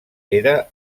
era